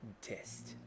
test